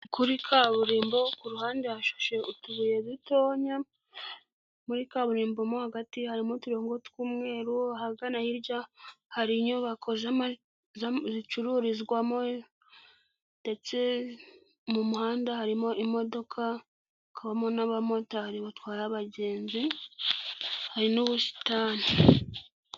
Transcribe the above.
Kuri kaburimbo ku ruhande ha utubuye dutonya, muri kaburimbo mo hagati harimo uturongo tw'umweru, ahagana hirya hari inyubako zicururizwamo ndetse mu muhanda harimo imodoka hakabamo n'abamotari batwara abagenzi, harimo n'ubusitani.